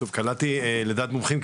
טוב קלעתי לדעת מומחים,